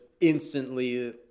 instantly